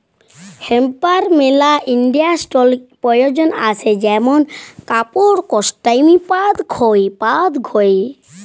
হেম্পের মেলা ইন্ডাস্ট্রিয়াল প্রয়জন আসে যেমন কাপড়, কসমেটিকস ইত্যাদি